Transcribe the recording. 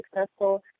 successful